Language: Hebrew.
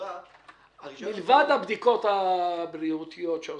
מלבד הבדיקות הרפואיות שעושים,